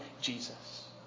Jesus